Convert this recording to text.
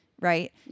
right